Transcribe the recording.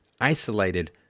isolated